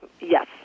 Yes